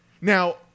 Now –